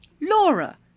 Laura